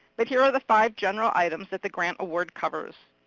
but here are the five general items that the grant award covers.